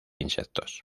insectos